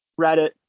Reddit